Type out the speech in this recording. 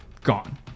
gone